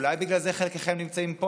אולי בגלל זה חלקכם נמצאים פה,